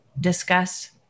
discuss